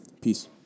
peace